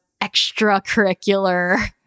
extracurricular